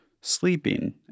sleeping